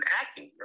acting